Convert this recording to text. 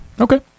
Okay